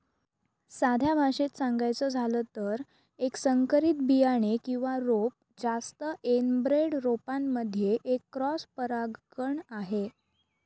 साध्या भाषेत सांगायचं झालं तर, एक संकरित बियाणे किंवा रोप जास्त एनब्रेड रोपांमध्ये एक क्रॉस परागकण आहे